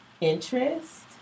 interest